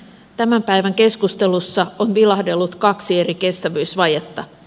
tämän päivän keskustelussa on vilahdellut kaksi eri kestävyysvajetta